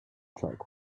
truck